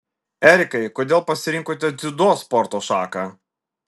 erikai kodėl pasirinkote dziudo sporto šaką